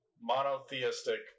monotheistic